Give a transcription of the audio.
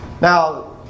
Now